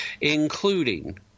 including